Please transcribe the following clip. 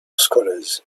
scholars